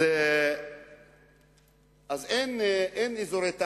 אין אזורי תעשייה,